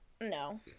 no